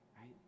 right